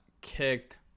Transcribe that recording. kicked